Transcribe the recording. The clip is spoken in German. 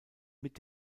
mit